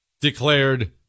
declared